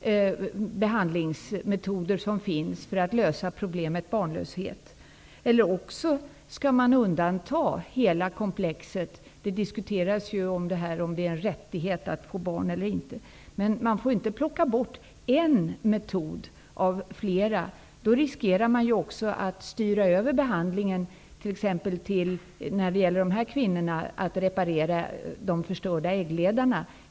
Det diskuteras om det är en rättighet att få barn eller inte. Man får dock inte plocka bort en metod av flera. Då riskerar man också att styra över behandlingen så att man i det här fallet t.ex. reparerar de förstörda äggledarna.